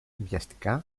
βιαστικά